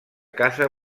casa